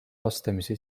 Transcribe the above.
vastamisi